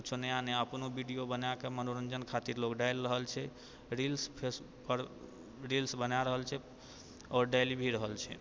किछु नया नया कोनो वीडियो बनाकऽ मनोरञ्जन खातिर लोक डालि रहल छै रील्स फेसपर रील्स बना रहल छै आओर डालि भी रहल छै